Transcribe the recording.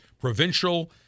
provincial